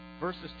verses